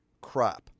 crop